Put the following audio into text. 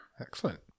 excellent